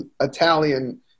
Italian